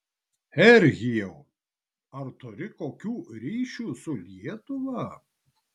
serhijau ar turi kokių ryšių su lietuva